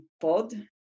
pod